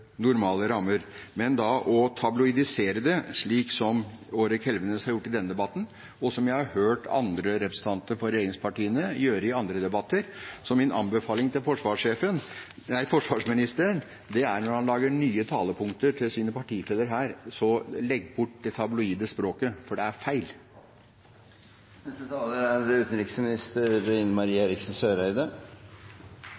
normale rammer, men ikke tabloidisere det, slik som Hårek Elvenes har gjort i denne debatten, og som jeg har hørt andre representanter fra regjeringspartiene gjøre i andre debatter. Min anbefaling til forsvarsministeren – når han lager nye talepunkter til sine partifeller her – er: Legg bort det tabloide språket, for det er